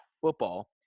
football